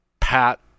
Pat